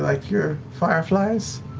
like your fireflies?